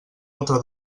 altre